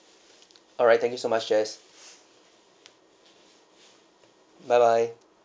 alright thank you so much jess bye bye